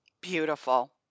Beautiful